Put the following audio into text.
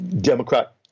Democrat